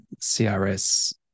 CRS